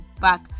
back